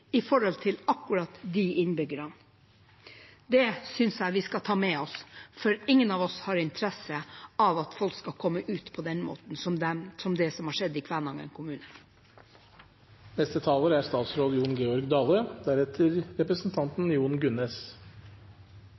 i forhold til akkurat de innbyggerne. Det synes jeg vi skal ta med oss, for ingen av oss har interesse av at folk skal komme ut på den måten som de har gjort i Kvænangen kommune. Det nærmar seg for så vidt slutten av denne debatten, ligg det an til, og difor har eg, basert på innlegget til representanten